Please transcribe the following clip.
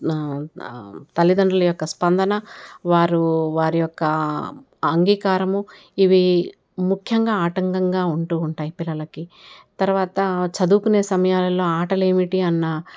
నా తల్లిదండ్రుల యొక్క స్పందన వారు వారియొక్క అంగీకారము ఇవి ముఖ్యంగా ఆటంకంగా ఉంటూ ఉంటాయ్ పిల్లలకి తరువాత చదువుకునే సమయాలలో ఆటలు ఏమిటి అన్నా